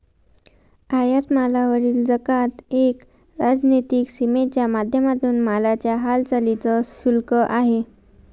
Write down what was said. आयात मालावरील जकात एक राजनीतिक सीमेच्या माध्यमातून मालाच्या हालचालींच शुल्क आहे